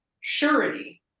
surety